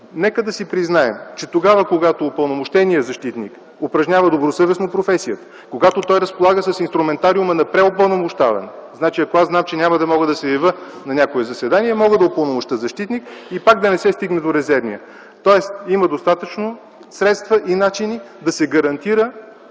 нека си признаем, че когато упълномощеният защитник упражнява добросъвестно професията, когато разполага с инструментариума на преупълномощаването, например зная, че няма да мога да се явя на някое заседание, мога да упълномощя защитник и пак да не се стигне до резервния. Следователно, има достатъчно средства и начини да се гарантира